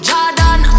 Jordan